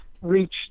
reached